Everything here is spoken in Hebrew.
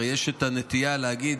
הרי יש נטייה להגיד,